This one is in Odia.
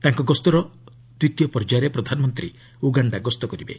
ତାଙ୍କ ଗସ୍ତର ଦ୍ୱିତୀୟ ପର୍ଯ୍ୟାୟରେ ପ୍ରଧାନମନ୍ତ୍ରୀ ଉଗାଣ୍ଡା ଗସ୍ତ କରିବେ